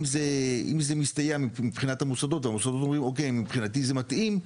אם זה מסתייע מבחינת המוסדות והמוסדות אומרים אוקיי מבחינתי זה מתאים,